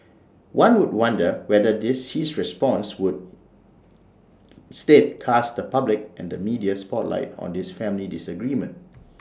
one would wonder whether this his response would instead cast the public and media spotlight on this family disagreement